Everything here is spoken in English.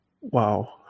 Wow